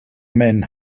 men